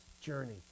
journey